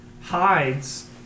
hides